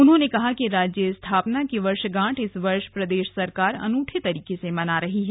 उन्होंने कहा कि राज्य स्थापना की वर्षगांठ इस वर्ष प्रदेश सरकार अनूठे तरीके से मना रही है